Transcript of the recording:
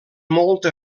molta